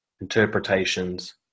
interpretations